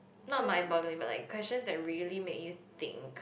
not mind boggling for like questions that really make you think